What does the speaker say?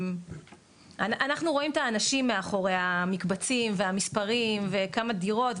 אנחנו רואים את האנשים מאחורי המקבצים והמספרים וכמה דירות,